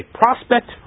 prospect